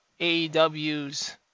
AEW's